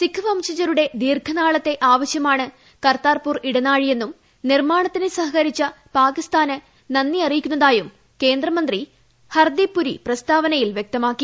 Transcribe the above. സിഖ് വംശജരുടെ ദീർഘനാളത്തെ ആവശ്യമാണ് കർതാപൂർ ഇടനാഴിയെന്നും നിർമ്മാണത്തിന് സഹകരിച്ച പാകിസ്ഥാന് നന്ദി അറിയിക്കുന്നതായും കേന്ദ്രമന്ത്രി ഹർദീപ് പുരി പ്രസ്താവനയിൽ വൃക്തമാക്കി